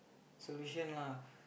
solution lah